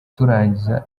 turangiza